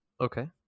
okay